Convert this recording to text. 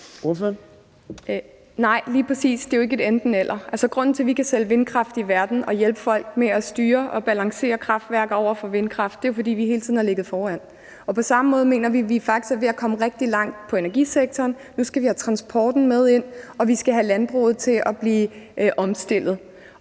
Nej, lige præcis. Det er jo ikke et enten-eller. Grunden til, at vi kan sælge vindkraft i verden og hjælpe folk med at styre og balancere kraftværker med vindkraft er jo, at vi hele tiden har ligget foran. På samme måde mener vi, at vi faktisk er ved at komme rigtig langt i energisektoren. Nu skal vi have transportområdet med ind, og vi skal have landbruget omstillet.